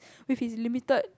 with his limited